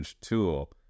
tool